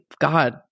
God